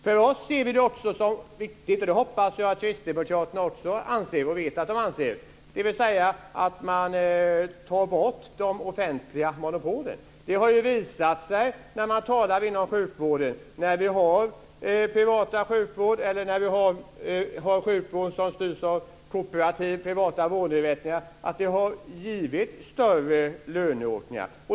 För oss är det viktigt - och det vet jag att också kristdemokraterna anser - att ta bort de offentliga monopolen. Det har visat sig att privat sjukvård eller sjukvård som styrs av kooperativa vårdinrättningar har givit större löneökningar.